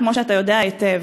כמו שאתה יודע היטב.